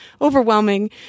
overwhelming